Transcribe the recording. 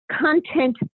content